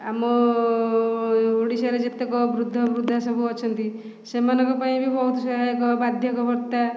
ଆମ ଓଡ଼ିଶାର ଯେତେକ ବୃଦ୍ଧ ବୃଦ୍ଧା ସବୁ ଅଛନ୍ତି ସେମାନଙ୍କ ପାଇଁ ବି ବହୁତ ସହାୟକ ବାର୍ଦ୍ଧକ୍ୟ ଭତ୍ତା